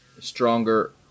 stronger